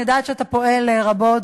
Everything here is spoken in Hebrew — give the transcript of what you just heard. אני יודעת שאתה פועל רבות,